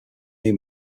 new